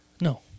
No